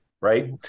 right